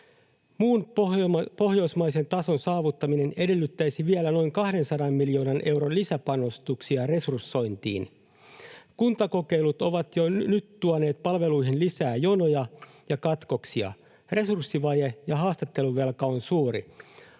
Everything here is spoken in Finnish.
Muun pohjoismaisen tason saavuttaminen edellyttäisi vielä noin 200 miljoonan euron lisäpanostuksia resursointiin. Kuntakokeilut ovat jo nyt tuoneet palveluihin lisää jonoja ja katkoksia. Resurssivaje ja haastatteluvelka on suuri.